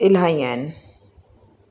इलाही आहिनि